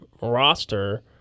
roster